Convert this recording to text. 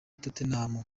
tottenham